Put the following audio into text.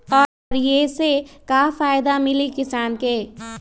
और ये से का फायदा मिली किसान के?